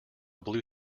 blue